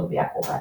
אדובי אקרובט,